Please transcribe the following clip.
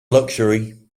luxury